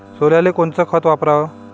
सोल्याले कोनचं खत वापराव?